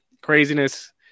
craziness